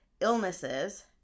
illnesses